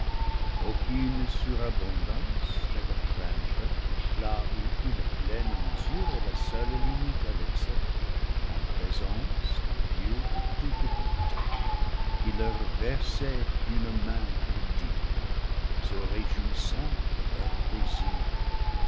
aucune surabondance n'est à craindre là où une pleine me sure est la seule limite à l'excès en présence du dieu de toute bonté qui leur versait d'une main prodigue se réjouissant de leur plaisir